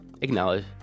acknowledge